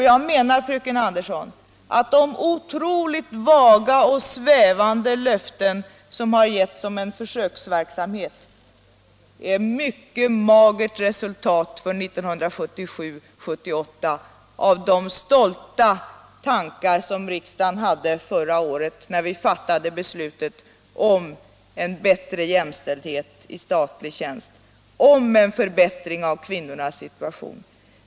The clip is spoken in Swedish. Jag menar, fröken Andersson, att de otroligt vaga och svävande löften som har getts om en försöksverksamhet är ett mycket magert resultat för 1977/78 av de stolta tankar som riksdagen hade förra året när den fattade beslutet om en förbättring av kvinnornas situation och jämställdhet med männen i statlig tjänst.